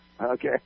Okay